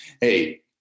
Hey